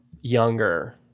younger